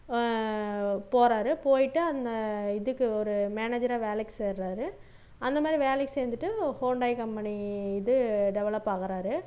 போறார் போயிவிட்டு அந்த இதுக்கு ஒரு மேனேஜரா வேலைக்கு சேர்றார் அந்த மாதிரி வேலைக்கு சேர்ந்துட்டு ஹூண்டாய் கம்பெனி இது டெவலப் ஆகறார்